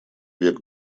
век